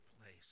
place